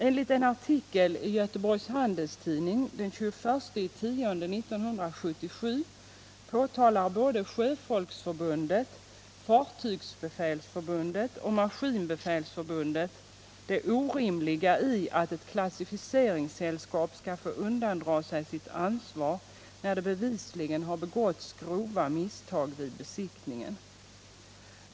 Enligt en artikel i Göteborgs Handelsoch Sjöfarts-Tidning den 21 oktober 1977 påtalar Sjöfolksförbundet, Fartygsbefälsföreningen och Maskinbefälsförbundet det orimliga i att ett klassificeringssällskap skall få undandra sig sitt ansvar när det bevisligen har begåtts grova misstag vid besiktningen.